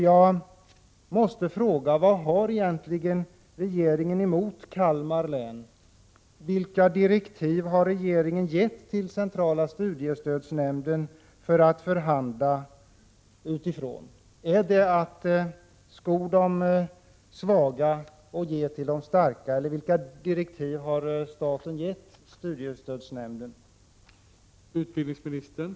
Jag måste fråga: Vad har regeringen egentligen emot Kalmar län? Vilka direktiv har regeringen gett centrala studiestödsnämnden när det gäller att förhandla? Har staten gett studiestödsnämnden direktiv att se till att de starka skor sig på de svagas bekostnad?